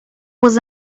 was